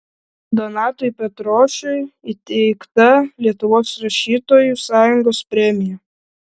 donatui petrošiui įteikta lietuvos rašytojų sąjungos premija